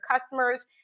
customers